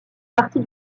partie